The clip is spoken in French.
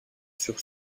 sur